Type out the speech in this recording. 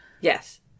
Yes